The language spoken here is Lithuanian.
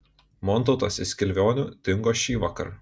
montautas iš skilvionių dingo šįvakar